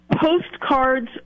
postcards